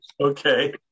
okay